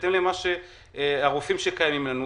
בהתאם לרופאים שקיימים אצלנו,